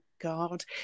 god